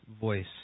voice